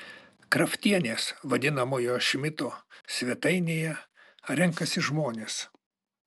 kraftienės vadinamoje šmito svetainėje renkasi žmonės